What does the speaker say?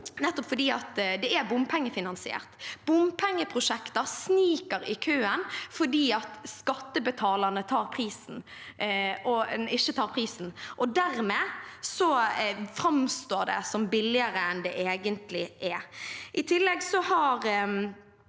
det er bompengefinansiert. Bompengeprosjekter sniker i køen fordi skattebetalerne ikke tar prisen, og dermed framstår det som billigere enn det egentlig er.